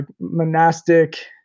monastic